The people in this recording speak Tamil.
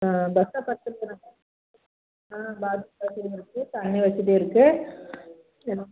பஸ் ஸ்டாப் வசதி எல்லாமே பாத்ரூம் வசதியும் இருக்குது தண்ணி வசதி இருக்குது எல்லாம்